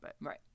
Right